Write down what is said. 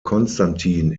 konstantin